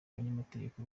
abanyamategeko